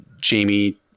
Jamie